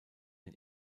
den